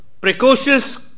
precocious